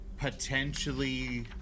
potentially